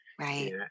Right